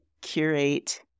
curate